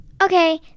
Okay